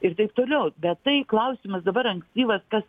ir taip toliau bet tai klausimas dabar ankstyvas tas